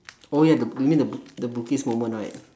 oh ya the you mean the book the moment right